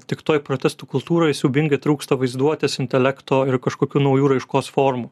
tik toj protestų kultūroj siaubingai trūksta vaizduotės intelekto ir kažkokių naujų raiškos formų